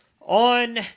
On